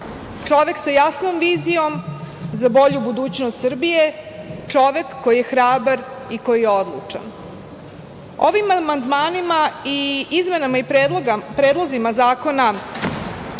čovek sa jasnom vizijom za bolju budućnost Srbije, čovek koji je hrabar i koji je odlučan. Ovim amandmanima i izmenama i predlozima Zakona